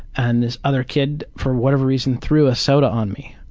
and this other kid, for whatever reason, threw a soda on me.